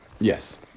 Yes